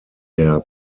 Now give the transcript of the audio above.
der